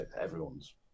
everyone's